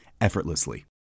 effortlessly